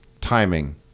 timing